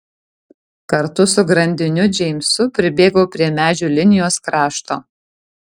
kartu su grandiniu džeimsu pribėgau prie medžių linijos krašto